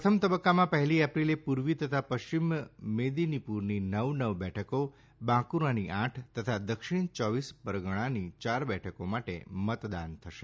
પ્રથમ તબક્કામાં પહેલી એપ્રિલે પૂર્વી તથા પશ્ચિમ મેદિનીપુરની નવ નવ બેઠકો બાંકુરાની આઠ તથા દક્ષિણી ચૌવીસ પરગણાંની ચાર બેઠકો માટે મતદાન થશે